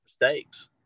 mistakes